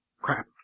Crap